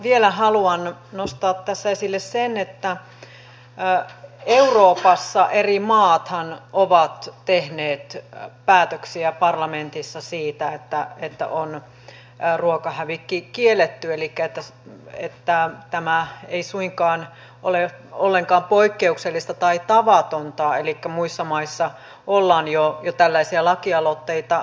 vielä haluan nostaa tässä esille sen että euroopassahan eri maat ovat tehneet päätöksiä parlamentissa siitä että on ruokahävikki kielletty elikkä tämä ei suinkaan ole ollenkaan poikkeuksellista tai tavatonta elikkä muissa maissa on jo tällaisia lakialoitteita hyväksytty